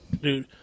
dude